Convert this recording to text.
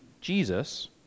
Jesus